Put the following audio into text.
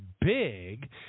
big